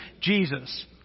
Jesus